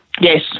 Yes